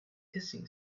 hissing